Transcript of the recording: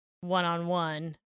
one-on-one